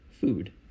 food